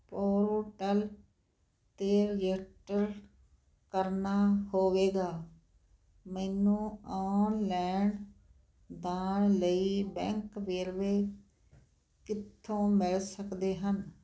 portal 'ਤੇ registered ਕਰਨਾ ਹੋਵੇਗਾ ਮੈਨੂੰ ਔਨਲੈਨ ਦਾਨ ਲਈ ਬੈਂਕ ਵੇਰਵੇ ਕਿੱਥੋਂ ਮਿਲ ਸਕਦੇ ਹਨ